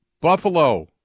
Buffalo